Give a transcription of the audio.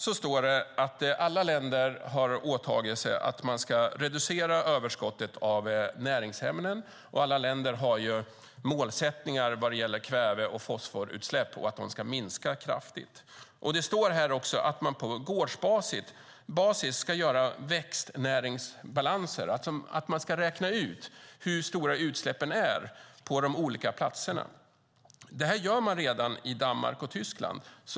Det står att alla länder har åtagit sig att reducera överskottet av näringsämnen. Och alla länder har målsättningar vad gäller kväve och fosforutsläpp och att de ska minska kraftigt. Det står också att man på gårdsbasis ska göra växtnäringsbalanser, att man ska räkna ut hur stora utsläppen är på de olika platserna. Det här gör man redan i Danmark och Tyskland.